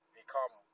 become